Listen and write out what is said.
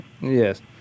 Yes